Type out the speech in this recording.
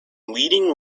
leading